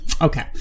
Okay